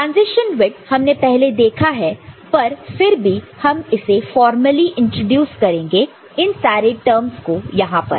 transition विडत हमने पहले देखा है पर फिर भी हम इसे फॉर्मर्ली इंस्टिट्यूस करेंगे इन सारे टर्म्स को यहां पर